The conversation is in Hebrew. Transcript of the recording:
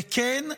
וכן,